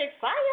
Fire